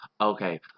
okay